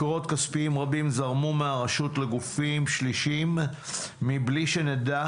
מקורות כספיים רבים זרמו מהרשות לגופים שלישיים מבלי שנדע